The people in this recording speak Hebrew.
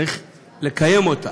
צריך לקיים אותה.